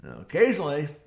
Occasionally